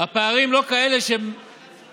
הפערים הם לא כאלה שמחייבים